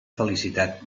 felicitat